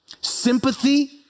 sympathy